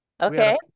Okay